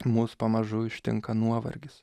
mus pamažu ištinka nuovargis